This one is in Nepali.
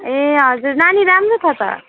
ए हजुर नानी राम्रो छ त